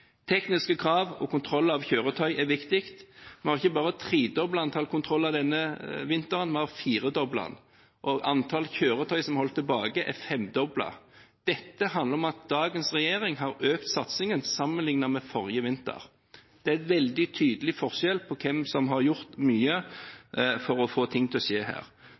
Tekniske krav og kontroll av kjøretøy er viktig. Vi har ikke bare tredoblet antallet kontroller denne vinteren, vi har firedoblet det. Antall kjøretøy som er holdt tilbake, er femdoblet. Dette handler om at dagens regjering har økt satsingen sammenliknet med forrige vinter. Det er en veldig tydelig forskjell på hvem som har gjort mye for å få ting til å skje her.